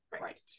Right